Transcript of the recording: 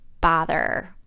bother